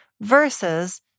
versus